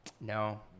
No